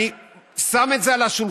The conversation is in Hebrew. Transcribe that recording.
אני שם את זה על השולחן.